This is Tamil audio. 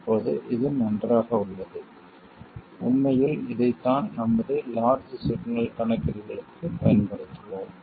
இப்போது இது நன்றாக உள்ளது உண்மையில் இதைத்தான் நமது லார்ஜ் சிக்னல் கணக்கீடுகளுக்குப் பயன்படுத்துவோம்